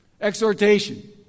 Exhortation